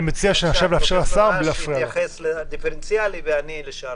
אני מציע שנאפשר לשר להשיב בלי הפרעות.